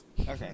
okay